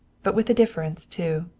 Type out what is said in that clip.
but with a difference too.